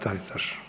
Taritaš.